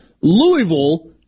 Louisville